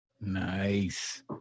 Nice